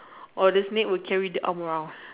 or the snake would carry the arm around